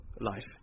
life